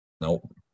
nope